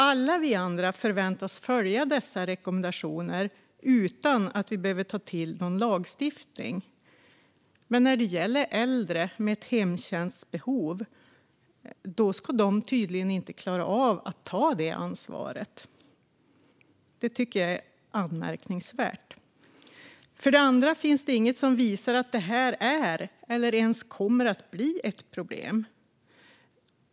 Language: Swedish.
Alla vi andra förväntas följa dessa rekommendationer utan att man behöver ta till lagstiftning, men äldre med ett hemtjänstbehov skulle tydligen inte klara av att ta det ansvaret. Det tycker jag är anmärkningsvärt. För det andra finns det inget som visar att detta är, eller ens kommer att bli, ett problem.